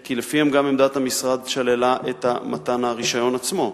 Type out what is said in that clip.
כי לפיהם עמדת המשרד גם שללה את מתן הרשיון עצמו.